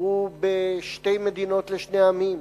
הוא בשתי מדינות לשני עמים,